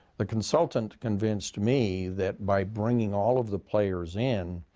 the consultant convinced me that by bringing all of the players in,